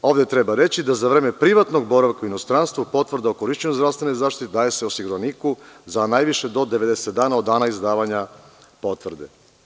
Ovde treba reći da za vreme privatnog boravka u inostranstvu, potvrda o korišćenju zdravstvene zaštite daje se osiguraniku za najviše do 90 dana od dana izdavanja potvrde.